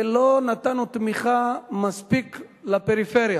ולא נתנו מספיק תמיכה לפריפריה.